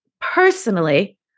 personally